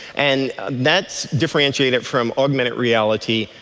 and that's differentiated from augmented reality,